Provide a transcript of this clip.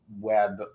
web